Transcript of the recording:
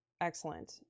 excellent